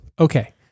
Okay